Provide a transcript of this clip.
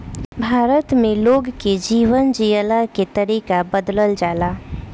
भारत में लोग के जीवन जियला के तरीका बदलल जाला